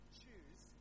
choose